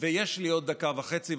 יש לי עוד דקה וחצי,